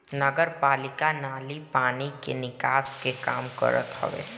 नगरपालिका नाली पानी कअ निकास के काम करत हवे